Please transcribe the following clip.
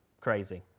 Crazy